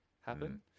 happen